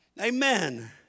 Amen